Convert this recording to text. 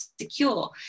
secure